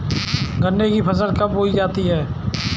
गन्ने की फसल कब बोई जाती है?